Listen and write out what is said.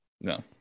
No